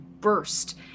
Burst